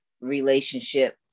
relationship